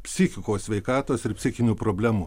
psichikos sveikatos ir psichinių problemų